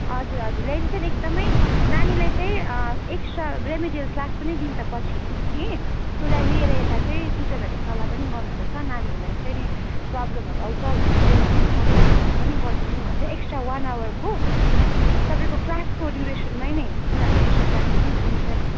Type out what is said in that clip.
हजुर हजुर ल्याइदिन्छ नि एकदमै नानीलाई चाहिँ एक्स्ट्रा रेमेडियल क्लास पनि दिन्छ पछि कि उसलाई लिएर यता चाहिँ टिचरहरूले सल्लाह पनि गर्नु हुँदैछ नानीहरूलाई यसरी प्रोब्लमहरू आउँछ भनेर पेरेन्ट्सहरूलाई सबैलाई इन्फर्म पनि गरिदिनु भन्छ एक्स्ट्रा वान आवरको तपाईँको क्लासको ड्युरेसनमै नै उनीहरूलाई एक्स्ट्रा क्लास पनि लिन्छ नि